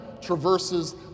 traverses